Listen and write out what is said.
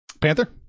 panther